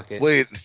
wait